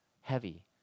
heavy